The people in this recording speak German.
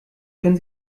können